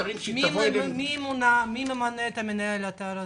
מי ממנה את מנהלי האתר?